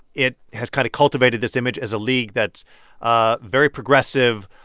it has kind of cultivated this image as a league that's ah very progressive,